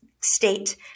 state